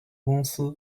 公司